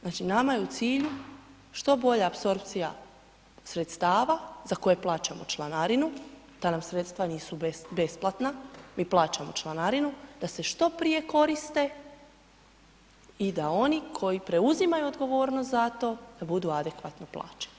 Znači nama je u cilju što bolja apsorpcija sredstava za koje plaćamo članarinu, ta nam sredstva nisu besplatna, mi plaćamo članarinu, da se što prije koriste i da oni koji preuzimaju odgovornost za to, da budu adekvatno plaćeni.